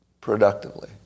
Productively